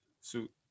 suit